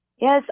Yes